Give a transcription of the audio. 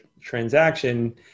transaction